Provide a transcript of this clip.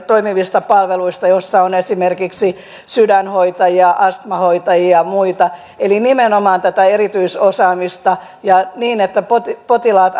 toimivista palveluista joissa on esimerkiksi sydänhoitajia astmahoitajia ja muita eli nimenomaan tätä erityisosaamista ja niin että potilaat potilaat